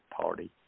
Party